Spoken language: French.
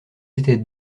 étaient